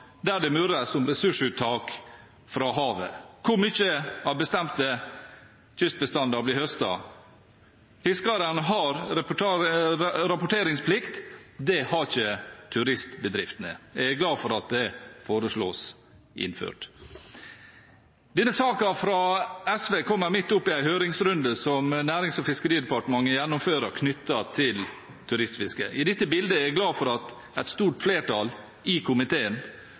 der det murres om ressursuttak fra havet. Hvor mye av bestemte kystbestander blir høstet? Fiskerne har rapporteringsplikt. Det har ikke turistbedriftene. Jeg er glad for at det foreslås innført. Denne saken, fra SV, kommer midt i en høringsrunde som Nærings- og fiskeridepartementet gjennomfører, knyttet til turistfiske. I dette bildet er jeg glad for at et stort flertall i komiteen,